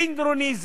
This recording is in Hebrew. פינדרוניזם.